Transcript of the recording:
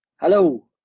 Hello